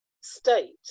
state